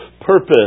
purpose